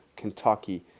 Kentucky